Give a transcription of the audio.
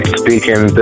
speaking